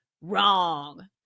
wrong